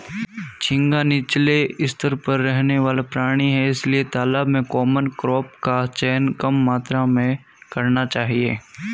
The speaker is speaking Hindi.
झींगा नीचले स्तर पर रहने वाला प्राणी है इसलिए तालाब में कॉमन क्रॉप का चयन कम मात्रा में करना चाहिए